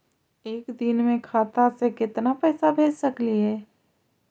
एक दिन में खाता से केतना पैसा भेज सकली हे?